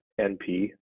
NP